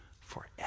forever